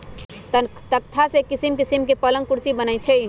तकख्ता से किशिम किशीम के पलंग कुर्सी बनए छइ